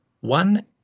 One